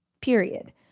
period